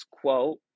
quote